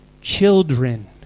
children